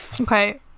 Okay